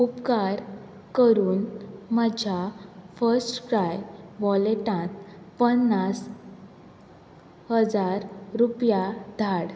उपकार करून म्हज्या फस्टक्राय वॉलेटांत पन्नास हजार रुपया धाड